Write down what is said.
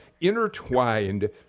intertwined